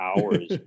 hours